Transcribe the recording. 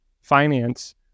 finance